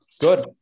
Good